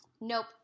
Nope